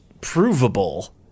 provable